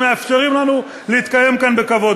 שמאפשרים לנו להתקיים כאן בכבוד.